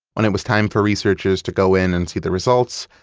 when it was time for researchers to go in and see the results,